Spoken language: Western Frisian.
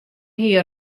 hie